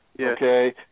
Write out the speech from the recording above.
okay